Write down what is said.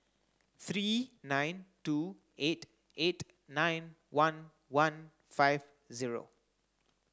three nine two eight eight nine one one five zero